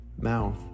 mouth